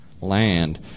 land